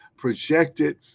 projected